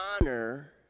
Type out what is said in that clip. honor